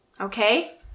okay